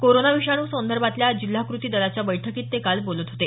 corona विषाणू संदर्भातल्या जिल्हा कृती दलाच्या बैठकीत ते काल बोलत होते